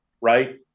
right